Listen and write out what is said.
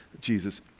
Jesus